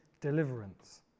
deliverance